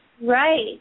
Right